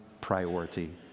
priority